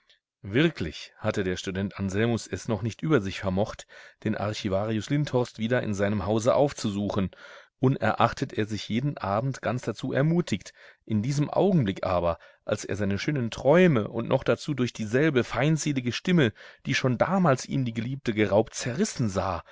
wirklich hatte der student anselmus es noch nicht über sich vermocht den archivarius lindhorst wieder in seinem hause aufzusuchen unerachtet er sich jeden abend ganz dazu ermutigt in diesem augenblick aber als er seine schönen träume und noch dazu durch dieselbe feindselige stimme die schon damals ihm die geliebte geraubt zerrissen sah